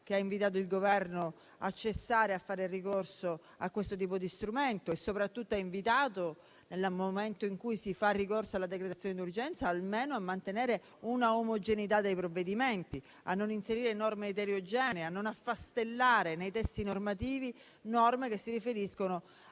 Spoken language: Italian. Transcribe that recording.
che ha invitato il Governo a cessare di fare ricorso a questo tipo di strumento; soprattutto, ha invitato, nel momento in cui si fa ricorso alla decretazione d'urgenza, almeno a mantenere una omogeneità dei provvedimenti, a non inserire norme eterogenee, a non affastellare nei testi normativi norme che si riferiscono